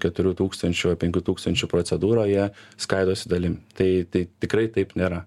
keturių tūkstančių ar penkių tūkstančių procedūrą jie skaidosi dalim tai tai tikrai taip nėra